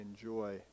enjoy